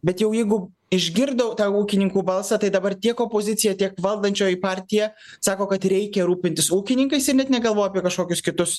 bet jau jeigu išgirdau tą ūkininkų balsą tai dabar tiek opozicija tiek valdančioji partija sako kad reikia rūpintis ūkininkais ir net negalvoja apie kažkokius kitus